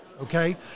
Okay